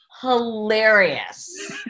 hilarious